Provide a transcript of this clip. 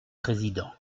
président